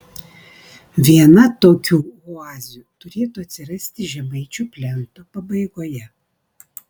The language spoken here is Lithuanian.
viena tokių oazių turėtų atsirasti žemaičių plento pabaigoje